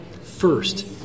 first